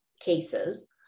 cases